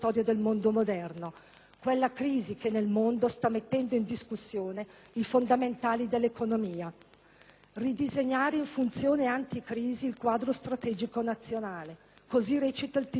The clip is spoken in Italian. quella crisi che nel mondo sta mettendo in discussione i fondamentali dell'economia. «Ridisegnare in funzione anti-crisi il quadro strategico nazionale», così recita il titolo del provvedimento: